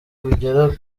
bugera